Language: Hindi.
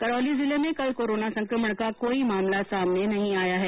करौली जिले में कल कोरोना संकमण का कोई मामला सामने नहीं आया है